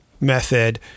method